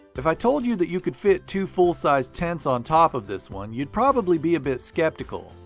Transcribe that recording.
if i told you that you could fit two full-sized tents on top of this one, you'd probably be a bit skeptical.